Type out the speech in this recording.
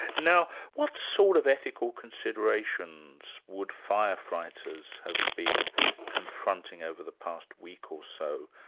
now what sort of ethical considerations would firefighters have been confronting over the past week or so,